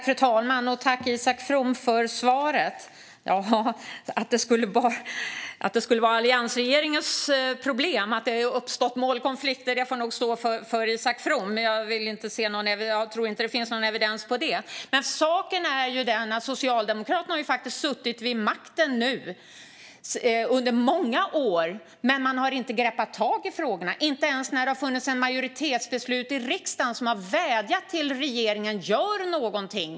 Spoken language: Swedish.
Fru talman! Tack, Isak From, för svaret! Att alliansregeringen skulle vara problemet vad gäller att det har uppstått målkonflikter får nog stå för Isak From, men jag tror inte att det finns någon evidens för det. Saken är den att Socialdemokraterna nu har suttit vid makten under många år, men man har inte greppat tag i frågorna, inte ens när det har funnits ett majoritetsbeslut i riksdagen som har vädjat till regeringen att göra någonting.